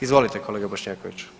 Izvolite kolega Bošnjaković.